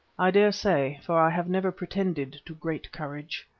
i dare say, for i have never pretended to great courage.